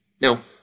Now